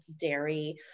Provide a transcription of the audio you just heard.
dairy